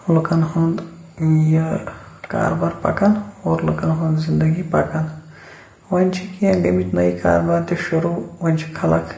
لُکن ہُند یہِ کارٕ بار پَکان اور لُکن ہنز زندگی پَکان وۄنۍ چھِ کیٚنٛہہ گٔمتۍ کیٚنٛہہ نٔے کاروبار تہِ شُروغ وۄنۍ چھِ خلق